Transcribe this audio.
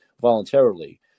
voluntarily